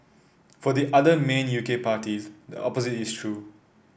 for the other main U K parties the opposite is true